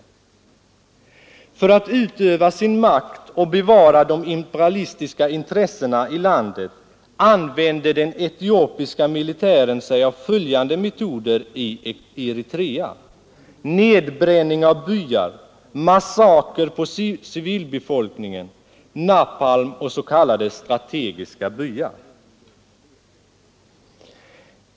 För att utöva sin makt och bevara de imperialistiska intressena i landet använder den etiopiska militären följande metoder i Eritrea: nedbränning av byar, massakrer på civilbefolkningen, napalm och s.k. strategiska byar.